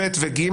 ב' ו-ג',